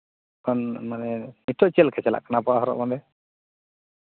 ᱠᱷᱚᱱ ᱢᱟᱱᱮ ᱱᱤᱛᱚᱜ ᱪᱮᱫ ᱞᱮᱠᱟ ᱪᱟᱞᱟᱜ ᱠᱟᱱᱟ ᱟᱵᱚᱣᱟᱜ ᱦᱚᱨᱚᱜ ᱵᱟᱸᱫᱮ